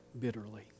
bitterly